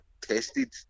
tested